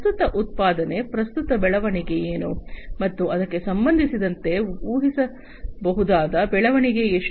ಪ್ರಸ್ತುತ ಉತ್ಪಾದನೆ ಪ್ರಸ್ತುತ ಬೆಳವಣಿಗೆ ಏನು ಮತ್ತು ಅದಕ್ಕೆ ಸಂಬಂಧಿಸಿದಂತೆ ಊಹಿಸಬಹುದಾದ ಬೆಳವಣಿಗೆ ಎಷ್ಟು